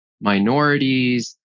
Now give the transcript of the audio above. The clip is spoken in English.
minorities